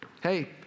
hey